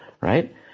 right